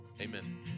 Amen